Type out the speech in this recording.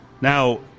Now